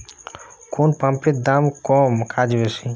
কোন পাম্পের দাম কম কাজ বেশি?